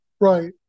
right